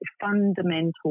fundamental